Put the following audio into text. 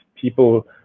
people –